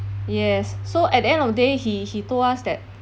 yes s~ so at the end of the day he he told us that